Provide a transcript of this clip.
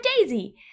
Daisy